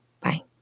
Bye